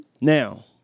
Now